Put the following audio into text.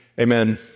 Amen